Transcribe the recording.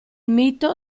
mito